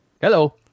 Hello